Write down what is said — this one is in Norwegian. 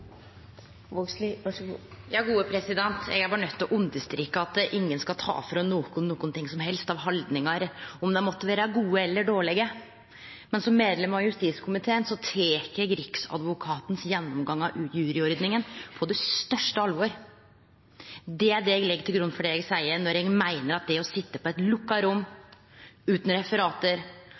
til å understreke at ingen skal ta frå nokon noko som helst av haldningar, om dei måtte vere gode eller dårlege. Men som medlem av justiskomiteen tek eg Riksadvokatens gjennomgang av juryordninga på største alvor. Det er det eg legg til grunn for det eg seier. Å sitje i eit lukka rom utan referat med anonym votering – å leggje det til grunn for eit